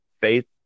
faith